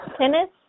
tennis